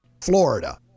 Florida